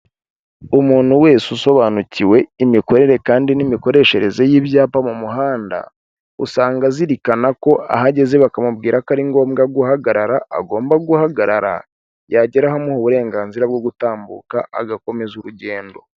Umuntu wese usobanukiwe imikorere kandi n'imikoreshereze y'ibyapa mu muhanda, usanga azirikana ko aho ageze bakamubwira ko ari ngombwa guhagarara agomba guhagarara. Yagera ahamuha uburenganzira bwo gutambuka agakomeza urugendo.